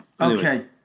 Okay